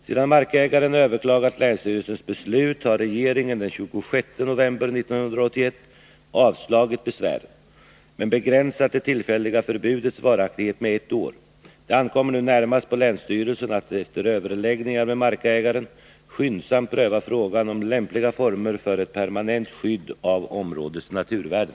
Sedan markägaren överklagat länsstyrelsens beslut har regeringen den 26 november 1981 avslagit besvären men begränsat det tillfälliga förbudets varaktighet med ett år. Det ankommer nu närmast på länsstyrelsen att efter överläggningar med markägaren skyndsamt pröva ” frågan om lämpliga former för ett permanent skydd av områdets naturvärden.